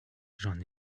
j’en